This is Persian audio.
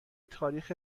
تاریخ